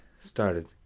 started